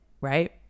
right